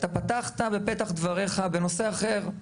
אתה פתחת בפתח דבריך בנושא אחר.